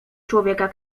człowieka